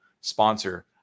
sponsor